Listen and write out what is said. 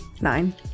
Nine